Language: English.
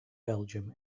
belgium